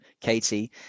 katie